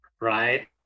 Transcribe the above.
Right